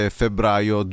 febbraio